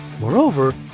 Moreover